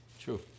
True